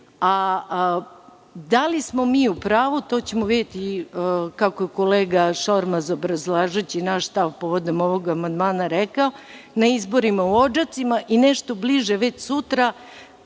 li smo mi u pravu, to ćemo videti, kako je kolega Šormaz, obrazlažući naš stav povodom ovog amandmana, rekao, na izborima u Odžacima i nešto bliže, već sutra,